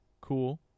cool